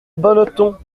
bonneton